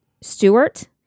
Stewart